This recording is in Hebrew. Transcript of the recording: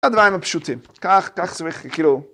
הדברים הפשוטים. כך, כך צריך, כאילו...